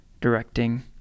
directing